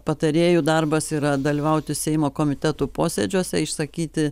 patarėjų darbas yra dalyvauti seimo komitetų posėdžiuose išsakyti